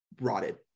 rotted